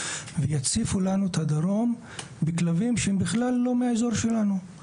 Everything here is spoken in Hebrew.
ויציפו לנו את הדרום בכלבים שהם בכלל לא מהאזור שלנו,